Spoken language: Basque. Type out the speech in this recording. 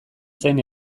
zain